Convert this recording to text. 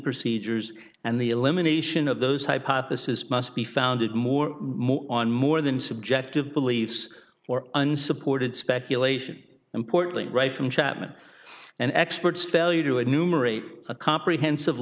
procedures and the elimination of those hypothesis must be founded more on more than subjective beliefs or unsupported speculation importantly right from chapman and experts failure to a numerate a comprehensive